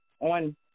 on